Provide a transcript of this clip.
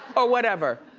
or whatever.